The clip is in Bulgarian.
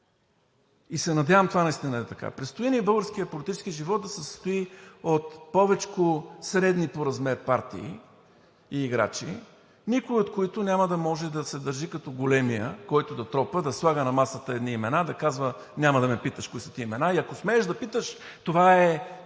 и се надявам това наистина да е така. Предстои ни българският политически живот да се състои от повечко средни по размер партии и играчи – никой, от които няма да може да се държи като големия, който да тропа, да слага на масата едни имена, да казва: „Няма да ме питаш кои са тези имена“ и ако смееш да питаш, това е